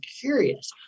curious